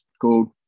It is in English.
called